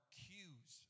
cues